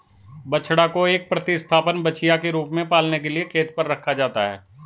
बछड़ा को एक प्रतिस्थापन बछिया के रूप में पालने के लिए खेत पर रखा जाता है